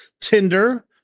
Tinder